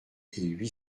huit